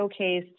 showcased